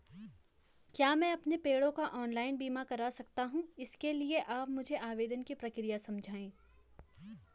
क्या मैं अपने पेड़ों का ऑनलाइन बीमा करा सकता हूँ इसके लिए आप मुझे आवेदन की प्रक्रिया समझाइए?